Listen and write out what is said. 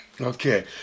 Okay